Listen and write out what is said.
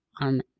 on